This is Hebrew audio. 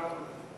אנחנו קראנו לזה.